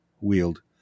wield